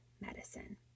medicine